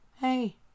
hey